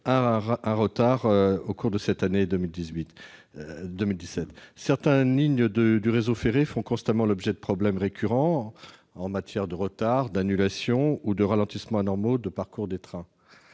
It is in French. un retard en 2017. Certaines lignes du réseau ferré font constamment l'objet de problèmes récurrents en termes de retards, d'annulations ou de ralentissements anormaux de parcours des trains.